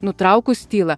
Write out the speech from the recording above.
nutraukus tylą